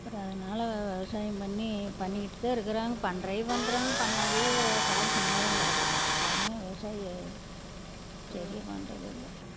அப்புறம் அதனால விவசாயம் பண்ணி பண்ணிக்கிட்டு தான் இருக்கிறாங்க பண்ணுறவிக பண்ணுறாங்க பண்ணாதவிக காடு சும்மா தான் கிடக்குது யாருமே விவசாயி சரியா பண்ணுறதில்ல